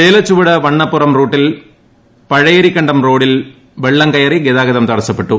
ചേലച്ചുവട് വണ്ണപ്പുറം റൂട്ടിൽ പഴയരിക്കണ്ടം റോഡിൽ വെള്ളം കയറി ഗതാഗതം തടസ്സപ്പെട്ടു